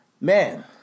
man